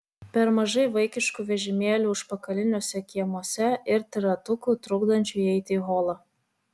per mažai vaikiškų vežimėlių užpakaliniuose kiemuose ir triratukų trukdančių įeiti į holą